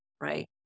right